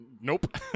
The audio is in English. Nope